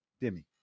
Demi